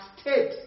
state